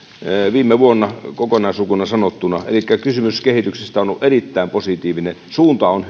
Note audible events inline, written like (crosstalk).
viime vuonna kokonaislukuna sanottuna elikkä kysymys kehityksestä on ollut erittäin positiivinen suunta on (unintelligible)